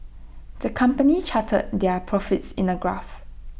the company charted their profits in A graph